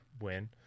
win